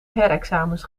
herexamens